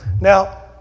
Now